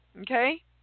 Okay